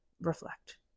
reflect